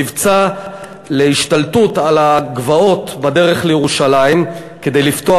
מבצע להשתלטות על הגבעות בדרך לירושלים כדי לפתוח